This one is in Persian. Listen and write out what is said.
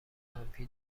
منفی